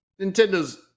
Nintendo's